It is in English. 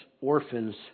orphans